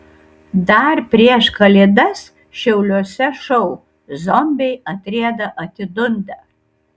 dar prieš kalėdas šiauliuose šou zombiai atrieda atidunda